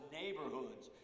neighborhoods